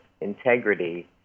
integrity